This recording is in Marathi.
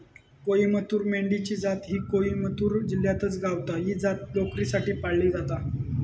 कोईमतूर मेंढी ची जात ही कोईमतूर जिल्ह्यातच गावता, ही जात लोकरीसाठी पाळली जाता